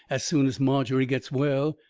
as soon as margery gets well,